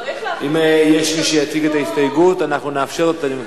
אם יש מי שיציג את ההסתייגות, אנחנו נאפשר לו.